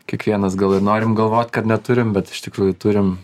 kiekvienas gal ir norim galvot kad neturim bet iš tikrųjų turim